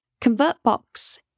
ConvertBox